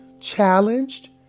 challenged